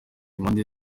impande